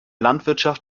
landwirtschaft